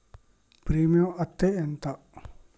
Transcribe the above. Premium అత్తే ఎంత?